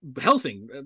Helsing